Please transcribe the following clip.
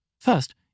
First